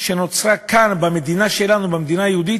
כלשהי שנוצרה כאן במדינה שלנו, במדינה היהודית,